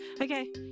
Okay